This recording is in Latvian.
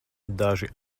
daži